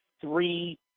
three